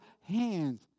hands